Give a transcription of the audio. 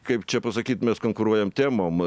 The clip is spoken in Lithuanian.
kaip čia pasakyt mes konkuruojam temom